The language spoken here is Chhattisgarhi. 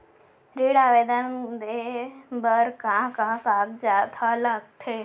ऋण आवेदन दे बर का का कागजात ह लगथे?